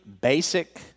basic